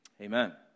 Amen